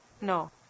No